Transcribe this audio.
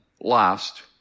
last